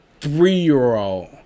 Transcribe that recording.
three-year-old